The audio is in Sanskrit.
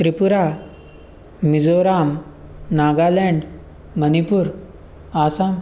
त्रिपुरा मिज़ोरम् नागालेण्ड् मणिपुर् असाम्